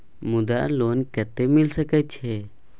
मुद्रा लोन कत्ते मिल सके छै?